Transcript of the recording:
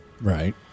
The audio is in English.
Right